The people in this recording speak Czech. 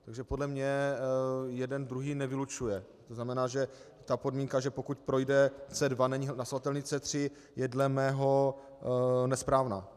Takže podle mě jeden druhý nevylučuje, to znamená, že podmínka, že pokud projde C2, není hlasovatelný C3, je dle mého nesprávná.